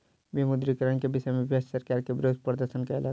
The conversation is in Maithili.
विमुद्रीकरण के विषय में विपक्ष सरकार के विरुद्ध प्रदर्शन कयलक